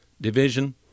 division